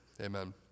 Amen